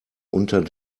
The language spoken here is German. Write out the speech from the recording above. unter